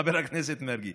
חבר הכנסת מרגי.